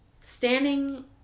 standing